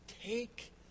take